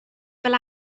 fel